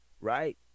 Right